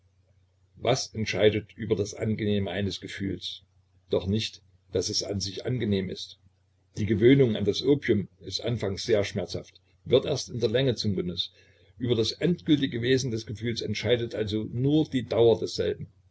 was entscheidet über das angenehme eines gefühls doch nicht daß es an sich angenehm ist die gewöhnung an das opium ist anfangs sehr schmerzhaft wird erst in der länge zum genuß über das endgültige wesen des gefühls entscheidet also nur die dauer desselben